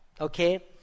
Okay